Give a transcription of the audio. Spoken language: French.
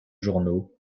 journaux